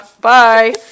bye